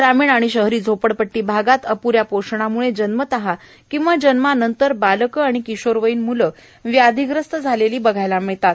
ग्रामीण आणि शहरी झोपडपट्टी भागात अपूऱ्या पोषणामुळे जन्मताच किंवा जन्मानंतर बालके आणि किशोरवयीन मूले व्याधीग्रस्त झालेली पाहायला मिळतात